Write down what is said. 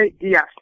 Yes